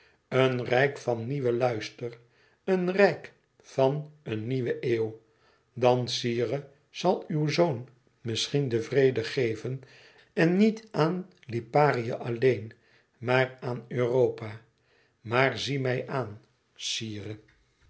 een rijk van nieuwen luister een rijk van een nieuwe eeuw dan sire zal uw zoon misschien den vrede geven en niet aan liparië alleen maar aan europa maar zie mij aan sire